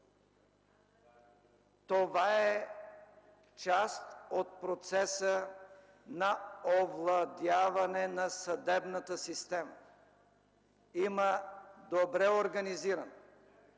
Това е част от процеса на овладяване на съдебната система. Има добре организиран,